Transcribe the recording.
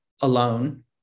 alone